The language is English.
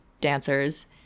dancers